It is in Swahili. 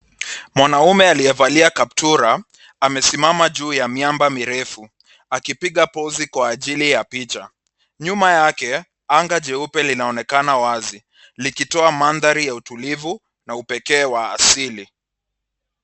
Mwanaume aliyevalia kaptura amesimama juu ya miamba mirefu akipiga pozi kwa ajili ya picha. Nyuma yake anga jeupe linaonekana wazi likitoa manthari ya utulivu na upekee wa asili.